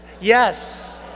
Yes